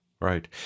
Right